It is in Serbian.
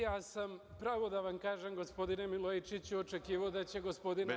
Ja sam, pravo da vam kažem, gospodine Milojičiću, očekivao da će gospodin Arsić…